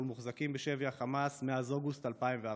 מוחזקים בשבי החמאס מאז אוגוסט 2014,